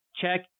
check